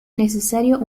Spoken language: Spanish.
necesario